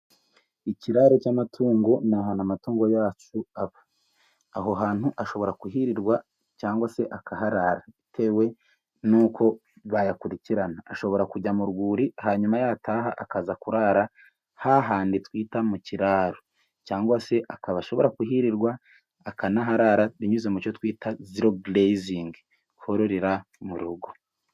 Ikiraro cy'amatungo ni ahantu amatungo yacu aba, aho hantu ashobora kuhirirwa cyangwa se akaharara bitewe n'uko bayakurikirana, ashobora kujya mu rwuri hanyuma yataha akaza kurara hahandi twita mu kiraro cyangwa se akaba ashobora kuhirirwa, akanaharara binyuze mu cyo twita ziroburezingi kororera mu rugo.